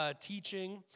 teaching